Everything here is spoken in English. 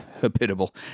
habitable